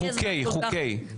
חוקֵי, חוקֵי.